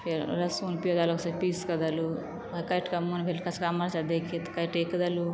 फेर लहसुन प्याज़ अलग से पीस के देलहुॅं काटि के मोन भेल कचका मरचाई दैके तऽ काइटे के देलहुॅं